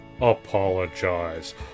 apologize